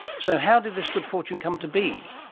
so how did this good fortune come to be?